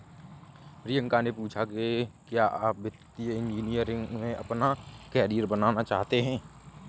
प्रियंका ने पूछा कि क्या आप वित्तीय इंजीनियरिंग में अपना कैरियर बनाना चाहते हैं?